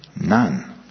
None